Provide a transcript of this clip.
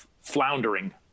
floundering